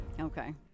Okay